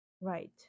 right